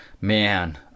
man